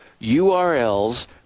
urls